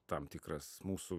tam tikras mūsų